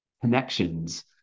connections